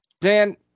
Dan